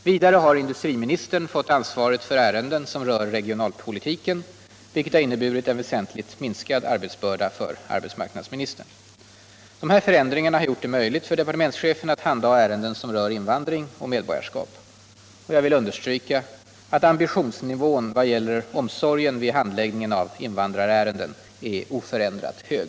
Vidare har industriministern fått ansvaret för ärenden som rör regionalpolitiken, vilket har inneburit en väsentligt minskad arbetsbörda för arbetsmarknadsministern. Dessa förändringar har gjort det möjligt för departementschefen att handha ärenden som rör invandring och medborgarskap. Jag vill understryka att ambitionsnivån i vad gäller omsorgen vid handläggningen av invandrarärenden är oförändrat hög.